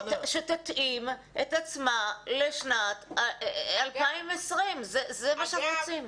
שתתאים את עצמה לשנת 2020. זה מה שאנחנו רוצים.